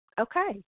Okay